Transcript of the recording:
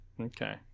okay